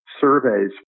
surveys